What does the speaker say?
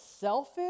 selfish